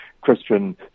Christian